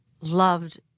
loved